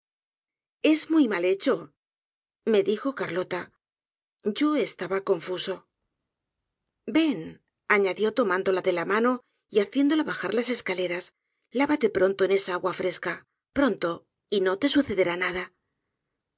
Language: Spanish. es muy mal hecho me dijo carlota yo estaba confuso ven añadió tomándola de la mano y haciéndola bajar las escaleras lávate pronto en esa agua fresca pronto y no te sucederá nada